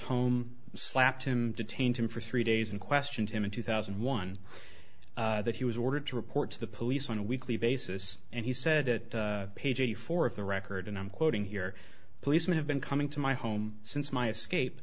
home slapped him detained him for three days and questioned him in two thousand and one that he was ordered to report to the police on a weekly basis and he said that page eighty four of the record and i'm quoting here policemen have been coming to my home since my escape